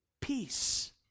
peace